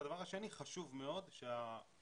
הדבר השני, חשוב מאוד שהמדינה,